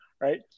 right